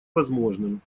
возможным